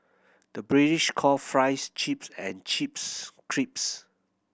the British call fries chips and chips crisps